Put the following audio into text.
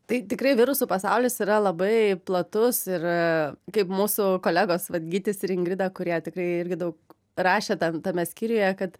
tai tikrai virusų pasaulis yra labai platus ir kaip mūsų kolegos vat gytis ir ingrida kurie tikrai irgi daug rašė tam tame skyriuje kad